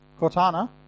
Cortana